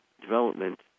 development